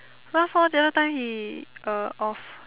Ralph lor the other time he uh off